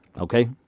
Okay